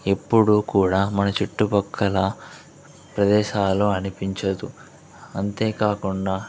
ఎప్పుడూ కూడా మన చుట్టుపక్కల ప్రదేశాలు అనిపించదు అంతే కాకుండా